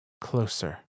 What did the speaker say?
closer